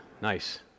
nice